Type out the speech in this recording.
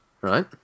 right